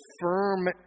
firm